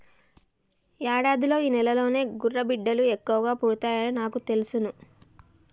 యాడాదిలో ఈ నెలలోనే గుర్రబిడ్డలు ఎక్కువ పుడతాయని నాకు తెలుసును